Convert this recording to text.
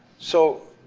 so,